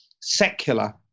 secular